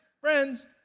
friends